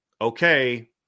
okay